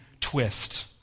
twist